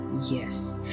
Yes